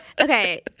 Okay